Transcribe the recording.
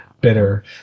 bitter